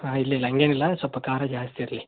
ಹಾಂ ಇಲ್ಲಿಲ್ಲ ಹಾಗೇನಿಲ್ಲ ಸ್ವಲ್ಪ ಖಾರ ಜಾಸ್ತಿ ಇರಲಿ